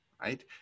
right